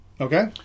Okay